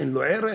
אין לו ערך?